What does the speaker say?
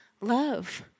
love